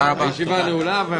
הישיבה נעולה.